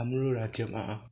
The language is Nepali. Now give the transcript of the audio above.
हाम्रो राज्यमा